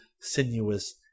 sinuous